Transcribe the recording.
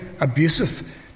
abusive